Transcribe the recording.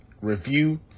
review